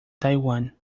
taiwan